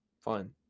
Fine